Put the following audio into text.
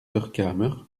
vercamer